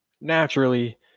Naturally